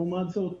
לעומת זאת,